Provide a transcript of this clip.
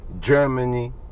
Germany